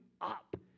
up